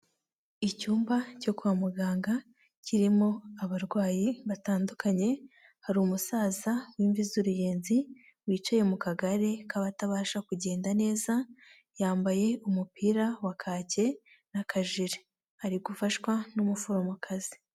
Icyumba cyo kwa muganga, kirimo abarwayi batandukanye, hari umusaza w'imvi z'uruyenzi, wicaye mu kagare k'abatabasha kugenda neza, yambaye umupira wa kake n'akajile. Ari gufashwa n'umuforomokazi.